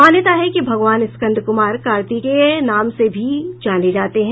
मान्यता है कि भगवान स्कंद कुमार कार्तिकेय नाम से भी जाने जाते हैं